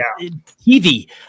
TV